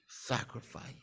sacrifice